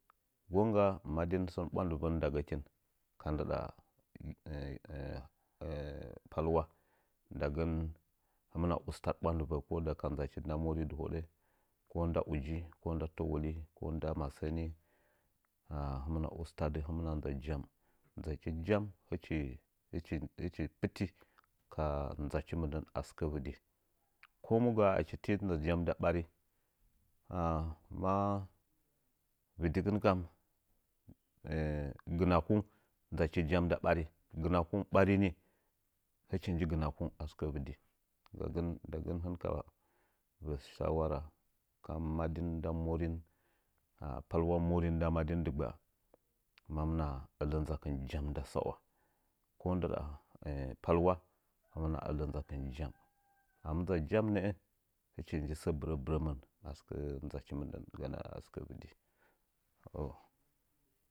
To gefə madin tsu, madin sən bwandɨvən nda gəkin ka ndɨɗa palwa. Ndagən hɨmɨna ustadɨ ɓwandɨvən ka ndɨɗa palwa dɨwoɗa ko nda uji, ko nda təwohi, ko nda masəni, hɨmmɨna ustadɨ hɨmɨna nza jam. Nzachi jam hɨchi pɨti ka nzachi mindən a sɨkə. Ko mu gaa achi tii nza jam nda ɓari ma gɨnakungu nzachi jam nda ɓari, gɨnakungu ɓari nii. Hɨchi nji gɨnakungu a sɨkə vɨdichi ndagən hɨn ka və shawara ka madin nda morin, palwa madin nda morin dɨggba mamɨna ələ rugwa nzakɨn jam nda sawa. Ko ndɨɗa palwa hɨmɨra ələ nzakɨm jam. A mɨ nza jam nə’ə kɨchi nji sə bɨrəbɨrəmən a sɨkə nzachi mɨndən ganə divdi.